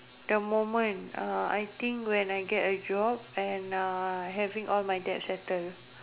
the moment uh I think when I get a job and uh having all my debts settled